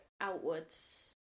outwards